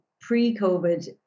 pre-COVID